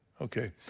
Okay